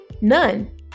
None